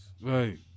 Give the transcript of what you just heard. Right